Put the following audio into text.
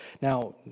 Now